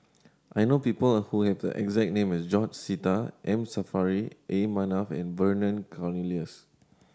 I know people who have the exact name as George Sita M Saffri A Manaf and Vernon Cornelius